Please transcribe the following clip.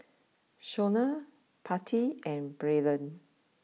Shona Patti and Braylen